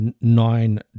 nine